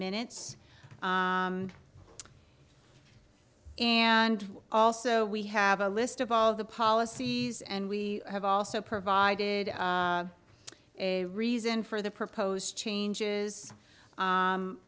minutes and also we have a list of all of the policies and we have also provided a reason for the proposed changes